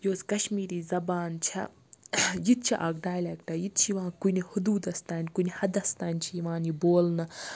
یۄس کَشمیٖری زَبان چھےٚ یہِ تہِ چھِ اکھ ڈایلیٚکٹاے یہِ تہِ چھِ یِوان کُنہِ حدوٗدَس تانۍ کُنہِ حَدَس تانۍ چھِ یِوان یہِ بولنہٕ